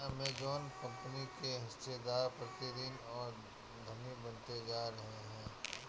Amazon company के हिस्सेदार प्रतिदिन और धनी बनते जा रहे हैं